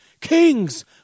kings